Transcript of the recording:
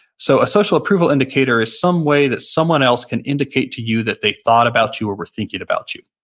so a social approval indicator is some way that someone else can indicate to you that they thought about you or were thinking about you.